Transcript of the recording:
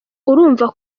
urumva